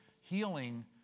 Healing